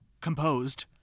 composed